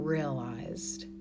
Realized